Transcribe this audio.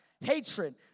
hatred